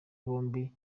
bombi